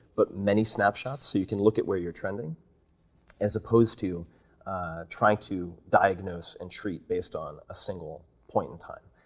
but many snapshots so you can look at where you're trending as opposed to trying to diagnose and treat based on a single point in time.